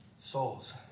souls